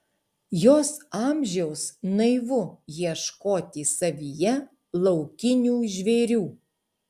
jos amžiaus naivu ieškoti savyje laukinių žvėrių